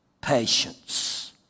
patience